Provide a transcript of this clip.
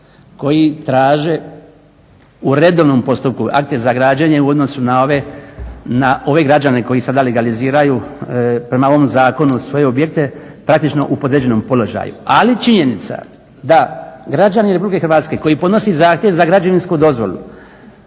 koji traže u redovnom postupku akte za građenje u odnosu na ove građane koji sada legaliziraju prema ovom zakonu svoje objekte praktično u podređenom položaju. Ali činjenica je da građani Republike Hrvatske koji podnosi zahtjev za građevinsku dozvolu